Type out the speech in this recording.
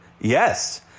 yes